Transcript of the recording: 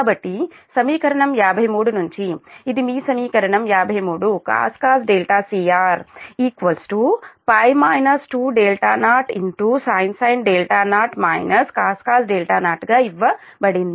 కాబట్టి సమీకరణం 53 నుంచి ఇది మీ సమీకరణం 53 cos cr cos cr π 20sin 0 cos 0 గా ఇవ్వబడింది